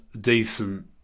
decent